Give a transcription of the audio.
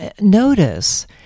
notice